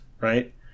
right